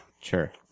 Sure